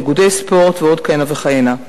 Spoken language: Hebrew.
איגודי ספורט ועוד כהנה וכהנה.